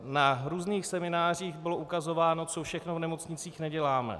Na různých seminářích bylo ukazováno, co všechno v nemocnicích neděláme.